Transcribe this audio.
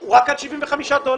הוא רק עד 75 דולר.